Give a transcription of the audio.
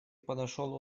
подошел